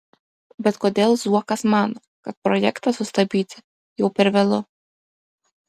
bet kodėl zuokas mano kad projektą sustabdyti jau per vėlu